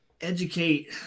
Educate